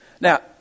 Now